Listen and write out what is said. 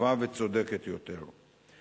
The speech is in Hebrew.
טובה וצודקת יותר,